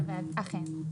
אכן.